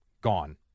gone